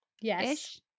yes